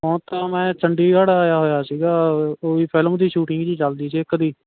ਹੁਣ ਤਾਂ ਮੈਂ ਚੰਡੀਗੜ੍ਹ ਆਇਆ ਹੋਇਆ ਸੀਗਾ ਉਹ ਵੀ ਫਿਲਮ ਦੀ ਸ਼ੂਟਿੰਗ ਜੀ ਚੱਲਦੀ ਸੀ ਇੱਕ ਦੀ